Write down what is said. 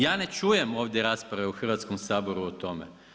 Ja ne čujem ovdje rasprave u Hrvatskom saboru o tome.